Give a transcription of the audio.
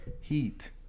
Heat